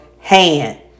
hand